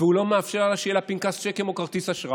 והוא לא מאפשר שיהיה לה פנקס צ'קים או כרטיס אשראי.